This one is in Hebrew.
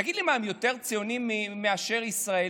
תגיד לי, מה, הם יותר ציונים מאשר הישראלים?